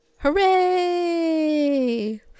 Hooray